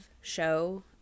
show